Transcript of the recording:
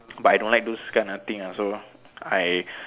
but I don't like those kind of thing ah so I